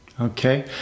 okay